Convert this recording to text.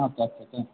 আচ্ছা আচ্ছা আচ্ছা